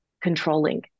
controlling